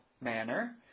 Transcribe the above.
manner